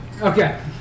Okay